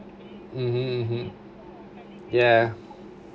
mmhmm ya